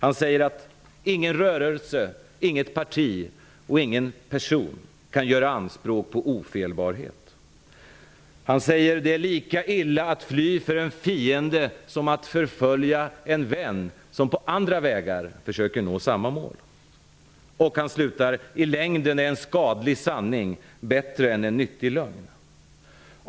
Han säger: Ingen rörelse, inget parti, ingen person kan göra anspråk på ofelbarhet. Han fortsätter: Det är lika illa att fly för en fiende som att förfölja en vän som på andra vägar strävar mot samma mål. Han avslutar: I längden är en skadlig sanning bättre än en nyttig lögn.